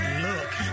Look